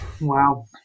wow